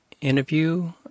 interview